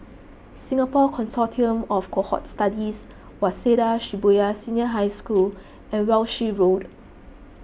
Singapore Consortium of Cohort Studies Waseda Shibuya Senior High School and Walshe Road